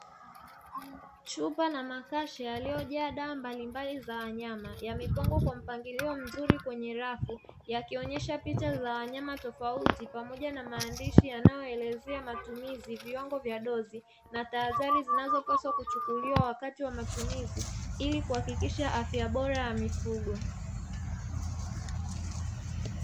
Chupa na makasha yaliyojaa dawa mbalimbali za wanyama, yamepangwa kwa mpangilio mzuri kwenye rafu, yakionyesha picha za wanyama tofauti pamoja na maandishi yanayoelezea matumizi, viwango vya dozi na tahadhari zinazopaswa kuchukuliwa wakati wa matumizi, ili kuhakikisha afya bora ya mifugo.